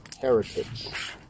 heritage